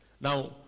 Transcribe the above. Now